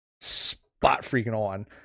spot-freaking-on